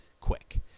quick